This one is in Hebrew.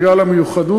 בגלל המיוחדות,